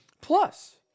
Plus